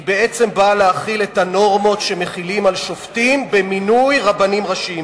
היא בעצם באה להחיל את הנורמות שמחילים על שופטים במינוי רבנים ראשיים.